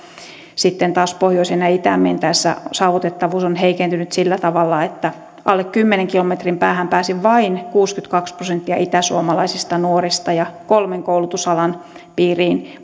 sitten taas pohjoiseen ja itään mentäessä saavutettavuus on heikentynyt sillä tavalla että alle kymmenen kilometrin päähän pääsi vain kuusikymmentäkaksi prosenttia itäsuomalaisista nuorista ja kolmen koulutusalan piiriin